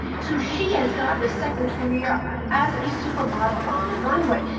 so she has gotten a second career as a supermodel on the runway.